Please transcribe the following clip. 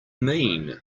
mean